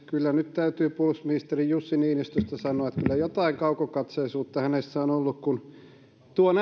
kyllä nyt täytyy puolustusministeri jussi niinistöstä sanoa että kyllä jotain kaukokatseisuutta hänessä on ollut kun tuon